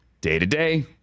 Day-to-day